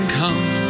come